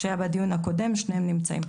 שהיה בדיון הקודם, שניהם נמצאים.